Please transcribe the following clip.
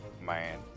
man